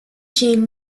jane